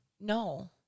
No